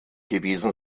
gewesen